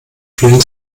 vielen